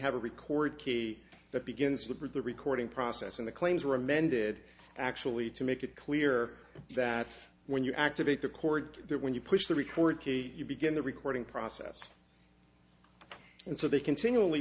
have a record key that begins with for the recording process and the claims are amended actually to make it clear that when you activate the court there when you push the record you begin the recording process and so they continually